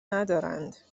ندارند